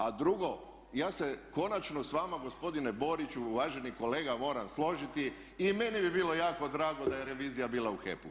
A drugo, ja se konačno s vama gospodine Boriću uvaženi kolega moram složiti i meni bi bilo jako drago da je revizija bila u HEP-u.